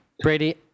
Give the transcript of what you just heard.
Brady